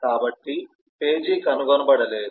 కాబట్టి పేజీ కనుగొనబడలేదు